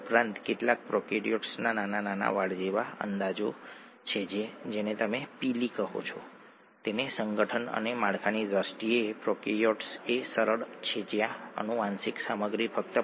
અને અમે કહ્યું કે એડીપી એટીપીમાં રૂપાંતરિત થાય છે અને તેથી આગળ એડીનોસાઇન ડિફોસ્ફેટ એટીપીમાં રૂપાંતરિત થાય છે